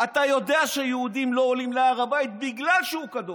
אתה יודע שיהודים לא עולים להר הבית בגלל שהוא קדוש,